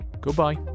Goodbye